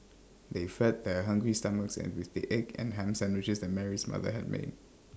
they fed their hungry stomachs and with the egg and Ham Sandwiches that Mary's mother had made